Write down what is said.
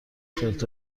خرت